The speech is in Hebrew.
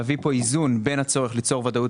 המטרה היא איזון בין הצורך ליצור ודאות